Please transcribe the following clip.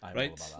right